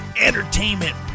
entertainment